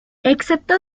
excepto